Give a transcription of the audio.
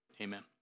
Amen